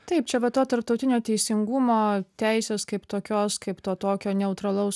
taip čia va to tarptautinio teisingumo teisės kaip tokios kaip to tokio neutralaus